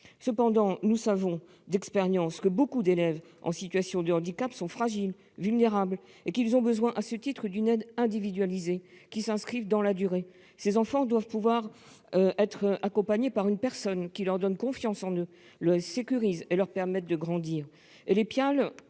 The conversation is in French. néanmoins, nous savons d'expérience que nombre d'élèves en situation de handicap sont fragiles, vulnérables, et qu'ils ont besoin, à ce titre, d'une aide individualisée, qui s'inscrive dans la durée. Ces enfants doivent pouvoir être accompagnés par une personne qui leur donne confiance en eux, les sécurise et leur permette de grandir.